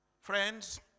Friends